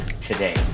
today